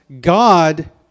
God